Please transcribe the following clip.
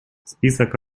список